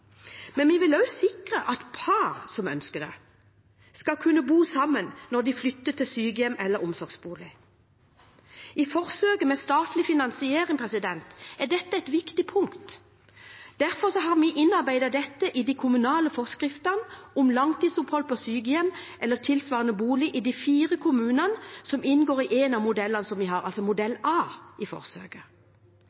Men vi vil også sikre at par som ønsker det, skal kunne bo sammen når de flytter til sykehjem eller omsorgsbolig. I forsøket med statlig finansiering er dette et viktig punkt. Derfor har vi innarbeidet dette i de kommunale forskriftene om langtidsopphold på sykehjem eller tilsvarende bolig i de fire kommunene som inngår i en av modellene som vi har – altså